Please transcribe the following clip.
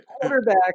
quarterback